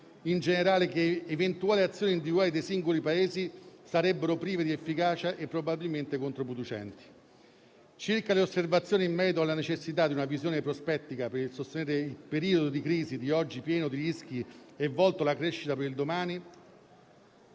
in generale che eventuali azioni individuali dei singoli Paesi sarebbero prive di efficacia e probabilmente controproducenti. Circa le osservazioni in merito alla necessità di una visione prospettica per sostenere il periodo di crisi di oggi, pieno di rischi e volto alla crescita per domani,